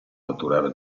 naturale